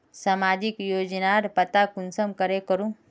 सामाजिक योजनार पता कुंसम करे करूम?